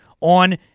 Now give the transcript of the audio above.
on